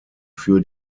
für